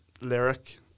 lyric